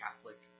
Catholic